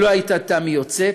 לו הייתה תמי יוצאת,